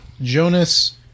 Jonas